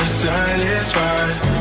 satisfied